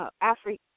Africa